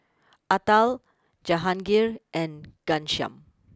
Atal Jahangir and Ghanshyam